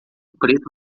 preto